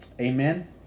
Amen